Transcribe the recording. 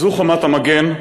זו חומת המגן,